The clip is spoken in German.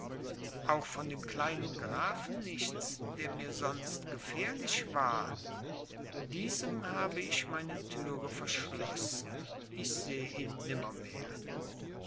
auch von dem kleinen grafen nichts der mir sonst gefährlich war diesem habe ich meine türe verschlossen ich seh ihn